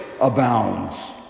abounds